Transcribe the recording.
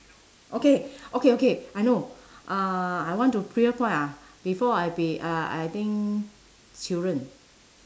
okay okay okay I know uh I want to ah before I be uh I think children